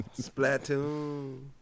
Splatoon